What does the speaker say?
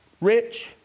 rich